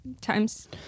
times